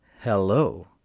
Hello